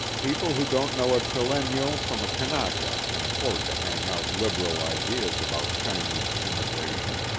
people who don't know a chileno from a kanaka can afford to hang out liberal ideas about chinese immigration,